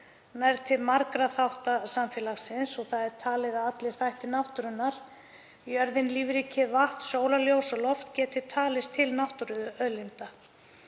nær til margra þátta samfélagsins. Talið er að allir þættir náttúrunnar, jörðin, lífríkið, vatn, sólarljós og loft, geti talist til náttúruauðlinda.